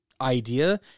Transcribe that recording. idea